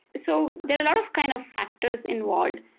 so there are a lot of kind of factors involved.